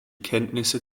kenntnisse